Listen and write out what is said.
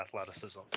athleticism